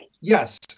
Yes